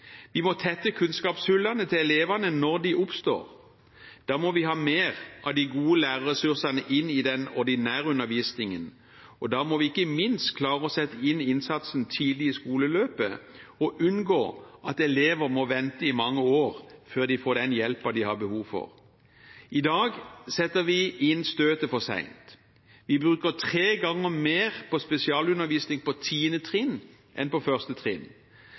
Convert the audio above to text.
Vi må tette kunnskapshullene til elevene når de oppstår. Da må vi ha mer av de gode lærerressursene inn i den ordinære undervisningen, og da må vi ikke minst klare å sette inn innsatsen tidlig i skoleløpet og unngå at elever må vente i mange år før de får den hjelpen de har behov for. I dag setter vi inn støtet for sent. Vi bruker tre ganger mer på spesialundervisning på 10. trinn enn på 1. trinn.